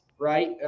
right